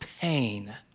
pain